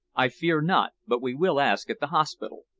i fear not, but we will ask at the hospital.